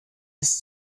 ist